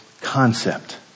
concept